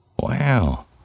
wow